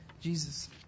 Jesus